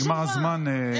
נגמר הזמן.